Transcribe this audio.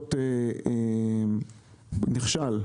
הפיילוט נכשל.